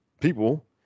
people